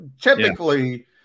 typically –